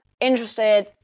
interested